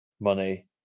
money